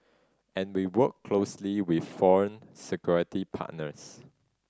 and we work closely with foreign security partners